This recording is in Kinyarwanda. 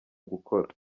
gukora